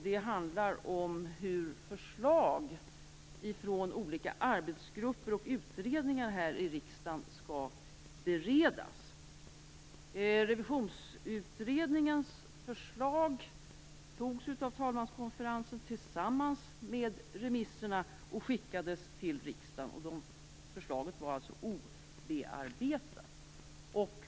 Det handlar om hur förslag från olika arbetsgrupper och utredningar här i riksdagen skall beredas. Revisionsutredningens förslag antogs av talmanskonferensen tillsammans med remisserna och skickades till riksdagen. Förslaget var alltså obearbetat.